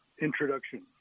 introduction